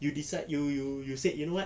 you decide you you you said you know what